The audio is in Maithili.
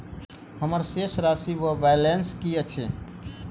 हम्मर शेष राशि वा बैलेंस की अछि?